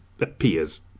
appears